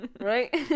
Right